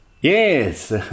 Yes